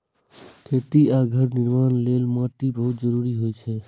खेती आ घर निर्माण लेल माटि बहुत जरूरी होइ छै